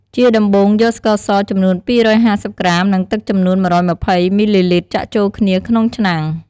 ជាដំបូងយកស្ករស ចំនួន២៥០ក្រាម និងទឹកចំនួន១២០មីលីលីត្រចាក់ចូលគ្នាក្នុងឆ្នាំង។